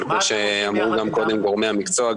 כמו שאמרו קודם גורמי המקצוע,